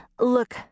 Look